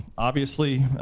obviously,